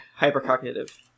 hypercognitive